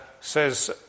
says